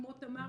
כמו תמר,